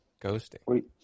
Ghosting